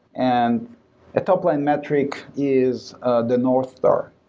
and a topline metric is ah the north star.